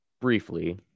briefly